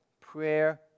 prayer